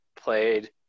played